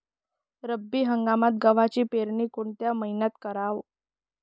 रब्बी हंगामात गव्हाची पेरनी कोनत्या मईन्यात कराव?